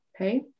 Okay